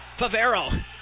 Favero